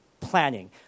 planning